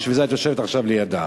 בשביל זה את יושבת עכשיו לידה.